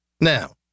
Now